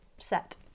Set